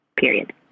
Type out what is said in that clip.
period